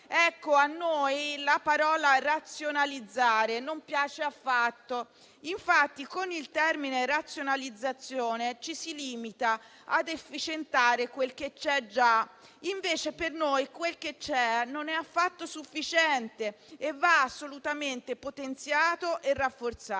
Ecco, a noi la parola razionalizzare non piace affatto, perché con tale termine ci si limita ad efficientare quel che c'è già. Invece per noi quel che c'è non è affatto sufficiente e va assolutamente potenziato e rafforzato.